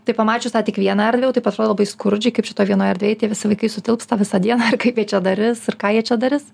tai pamačiusi tą tik vieną erdvę jau taip atrodo labai skurdžiai kaip šitoj vienoj erdvėj tie visi vaikai sutilps tą visą dieną ir kaip jie čia darys ir ką jie čia darys